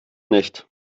nicht